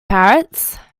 parrots